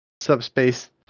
subspace